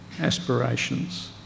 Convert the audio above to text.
aspirations